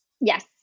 Yes